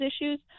issues